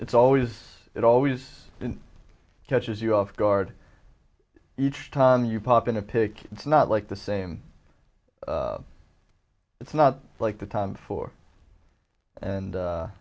it's always it always catches you off guard each time you pop in a pick it's not like the same it's not like the time for and